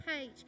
page